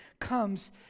comes